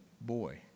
boy